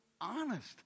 honest